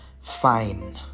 Fine